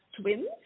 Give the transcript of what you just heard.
twins